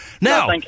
Now